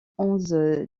onze